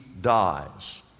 dies